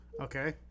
Okay